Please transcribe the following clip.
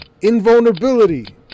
Invulnerability